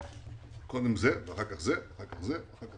קודם זה ואחר כך זה ועשינו.